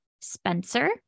Spencer